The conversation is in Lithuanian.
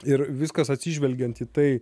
ir viskas atsižvelgiant į tai